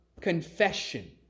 confession